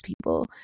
people